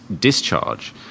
discharge